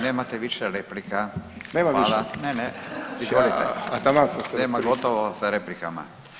Nemate više replika [[Upadica: Nema više?]] Ne, ne, [[Upadica: A taman sam se …]] Nema, gotovo sa replikama.